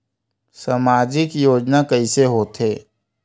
सामजिक योजना कइसे होथे?